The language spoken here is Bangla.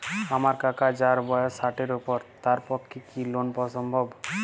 আমার কাকা যাঁর বয়স ষাটের উপর তাঁর পক্ষে কি লোন পাওয়া সম্ভব?